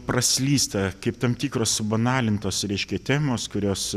praslysta kaip tam tikros subanalintos reiškia temos kurios